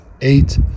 eight